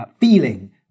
feeling